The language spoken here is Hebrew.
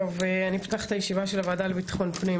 אני פותחת את הישיבה לביטחון פנים,